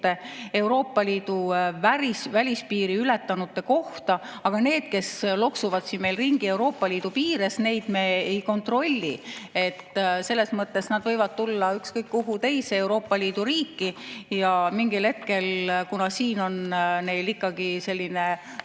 Euroopa Liidu välispiiri ületanute kohta. Aga neid, kes loksuvad siin meil ringi Euroopa Liidu piires, me ei kontrolli. Nad võivad enne tulla ükskõik kuhu teise Euroopa Liidu riiki ja mingil hetkel, kuna siin on neil ikkagi selline